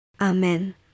Amen